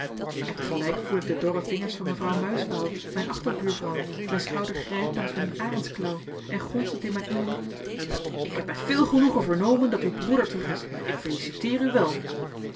en te gelijk voel ik de dorre vingers van mevrouw muysvaal mijn achterbuurvrouw mijn schouder grijpen als met een arendsklauw en gonst het in mijn ooren ik heb met veel genoegen vernomen dat uw broeder terug is ik feliciteer u wel